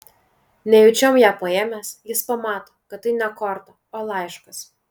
nejučiom ją paėmęs jis pamato kad tai ne korta o laiškas